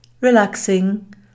relaxing